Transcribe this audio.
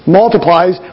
multiplies